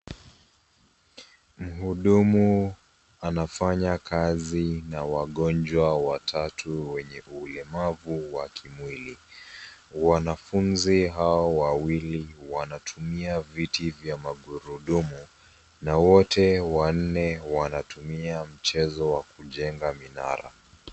Mhudumu anafanya kazi na wagonjwa watatu wenye ulemavu wa kimwili. Wanafunzi hawa wawili wanatumia viti vya magurudumu, na wote wanne wanatumia mchezo wa kujenga minara.